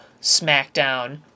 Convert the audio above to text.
SmackDown